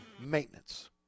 Maintenance